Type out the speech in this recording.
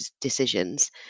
decisions